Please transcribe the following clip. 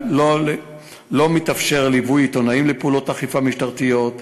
לא מתאפשר ליווי עיתונאים לפעולות אכיפה משטרתיות,